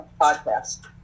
podcast